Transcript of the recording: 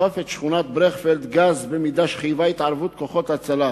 אפף את שכונת ברכפלד גז במידה שחייבה התערבות כוחות הצלה.